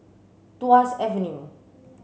Tuas Avenue